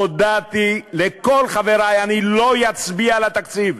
הודעתי לכל חברי: אני לא אצביע על התקציב,